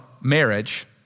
marriage